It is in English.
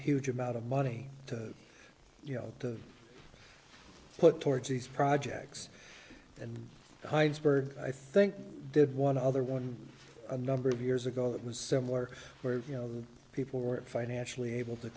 huge amount of money to you know to put towards these projects and hides birds i think did one other one a number of years ago that was similar where you know people were financially able to